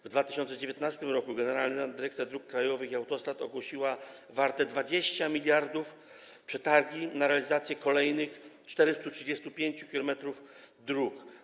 W 2019 r. Generalna Dyrekcja Dróg Krajowych i Autostrad ogłosiła warte 20 mld przetargi na realizację kolejnych 435 km dróg.